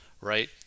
right